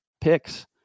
picks